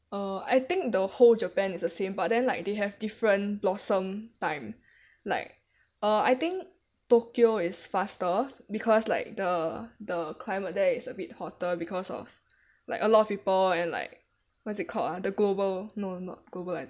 uh I think the whole japan is the same but then like they have different blossom time like uh I think tokyo is faster because like the the climate there is a bit hotter because of like a lot of people and like what's it called ah the global no not globali~